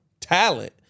talent